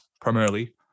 primarily